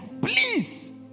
Please